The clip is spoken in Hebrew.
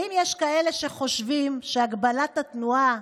האם יש כאלה שחושבים שהגבלת התנועה,